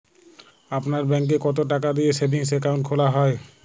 আপনার ব্যাংকে কতো টাকা দিয়ে সেভিংস অ্যাকাউন্ট খোলা হয়?